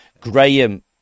graham